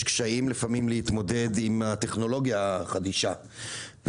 קשיים לפעמים להתמודד עם הטכנולוגיה החדישה.